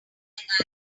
forensic